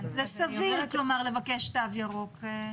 זה סביר לבקש תו ירוק.